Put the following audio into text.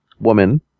woman